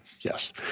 Yes